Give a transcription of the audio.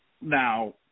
Now